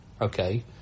okay